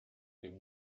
den